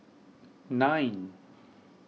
nine